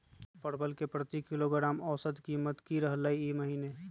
परवल के प्रति किलोग्राम औसत कीमत की रहलई र ई महीने?